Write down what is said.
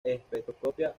espectroscopia